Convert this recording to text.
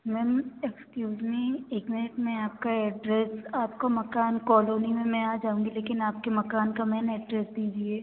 ma'am excuse me एक minute मैं आपका एड्रेस आपका मकान कॉलोनी में मैं आ जाऊँगी लेकिन आपके मकान का मेन एड्रेस दीजिए